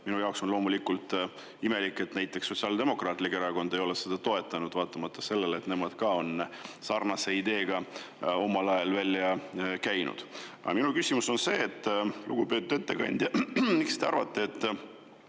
Minu jaoks on loomulikult imelik, et näiteks Sotsiaaldemokraatlik Erakond ei ole seda toetanud, vaatamata sellele, et nemad on ka sarnase idee omal ajal välja käinud. Aga minu küsimus on see, et lugupeetud ettekandja, miks te arvate, et